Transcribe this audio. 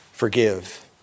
Forgive